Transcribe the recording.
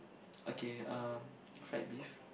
okay um fried beef